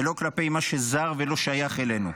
ולא כלפי מה שזר ולא שייך אלינו.